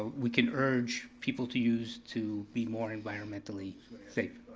we can urge people to use to be more environmentally safe.